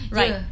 right